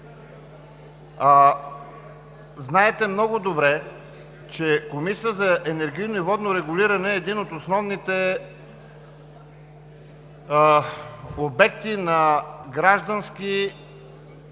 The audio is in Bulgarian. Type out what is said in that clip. Знаете много добре, че Комисията за енергийно и водно регулиране е един от основните обекти на граждански